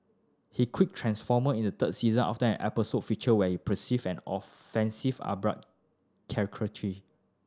he quit Transformer in the third season after an episode featured what he perceived as offensive Arab caricature